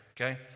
okay